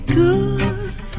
good